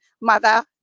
mother